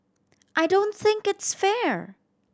I don't think it's fair